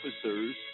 officers